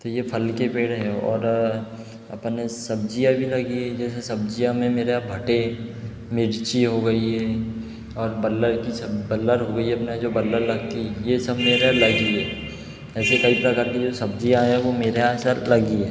तो ये फल के पेड़ है और अपन इस सब्जियां भी लगी है जैसे सब्जियां में मेरा भुट्टे मिर्ची हो गई और बल्लर की बल्लर हो गई अपना जो बल्लर लगती ये सब मेरे लगी है ऐसे कई प्रकार के जो सब्जियां है वो मेरे यहाँ सब लगी है